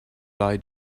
lied